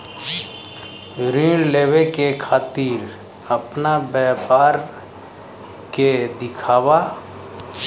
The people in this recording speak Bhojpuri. ऋण लेवे के खातिर अपना व्यापार के दिखावा?